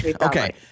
Okay